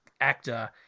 actor